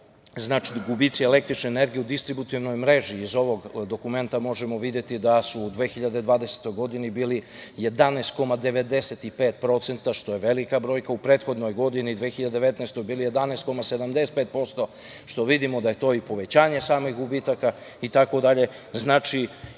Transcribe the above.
svega, gubici električne energije u distributivnoj mreži, iz ovog dokumenta možemo videti, su u 2020. godini bili 11,95%, što je velika brojka, u prethodnoj 2019. godini bili su 11,75%, što vidimo da je to i povećanje samih gubitaka itd. Znači,